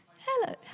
Hello